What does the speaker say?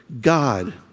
God